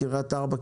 קריית ארבע,